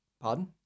Pardon